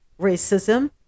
racism